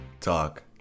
Talk